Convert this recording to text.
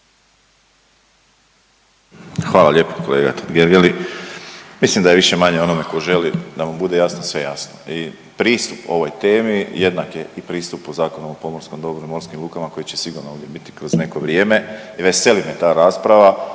Hvala lijepo kolega Totgergeli. Mislim da je više-manje onome ko želi da mu bude jasno sve jasno i pristup ovoj temi jednak je i pristupu u Zakonu o pomorskom dobru i morskim lukama koji će sigurno ovdje biti kroz neko vrijeme i veseli me ta rasprava